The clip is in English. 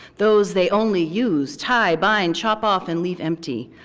those they only use, tie, bind, chop off, and leave empty.